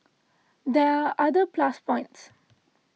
there are other plus points